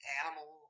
animal